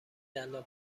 دندان